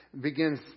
begins